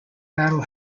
battle